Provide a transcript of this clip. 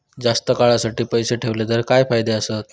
जास्त काळासाठी पैसे ठेवले तर काय फायदे आसत?